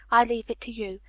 i leave it to you.